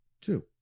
Two